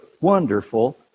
wonderful